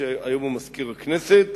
שהיום הוא מזכיר הכנסת